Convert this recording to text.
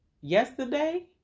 yesterday